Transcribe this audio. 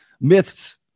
Myths